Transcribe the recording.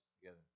together